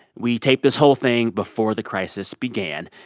we taped this whole thing before the crisis began.